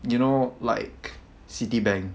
you know like citibank